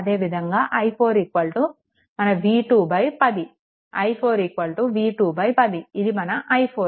అదేవిధంగా i4 మన v2 10 i4 v2 10 ఇది మన i4